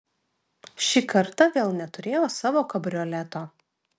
ši karta vėl neturėjo savo kabrioleto